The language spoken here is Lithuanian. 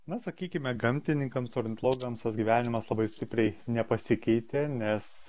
na sakykime gamtininkams ornitologams tas gyvenimas labai stipriai nepasikeitė nes